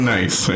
Nice